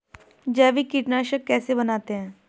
जैविक कीटनाशक कैसे बनाते हैं?